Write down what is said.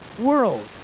world